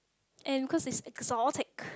and cause it's exotic